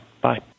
Bye